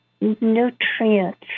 nutrients